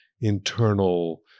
internal